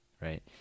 right